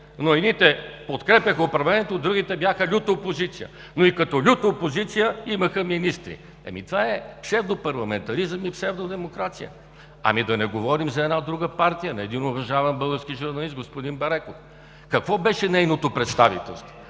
но едните подкрепяха управлението, другите бяха люта опозиция, но и като люта опозиция имаха министри. Това е псевдопарламентаризъм и псевдодемокрация. Да не говорим за една друга партия, на един уважаван български журналист – господин Бареков. Какво беше нейното представителство?